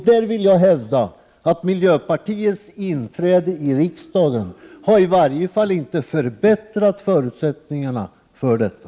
Jag vill hävda att miljöpartiets inträde i riksdagen i varje fall inte förbättrat förutsättningarna för detta.